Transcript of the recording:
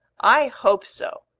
i hope so.